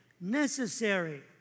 Necessary